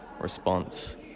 response